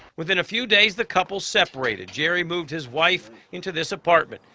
within a few days the couple separated. jerry moved his wife into this apartment.